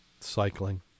cycling